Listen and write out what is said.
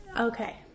Okay